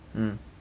mm